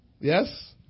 Yes